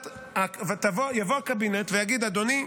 יבוא הקבינט ויגיד: אדוני,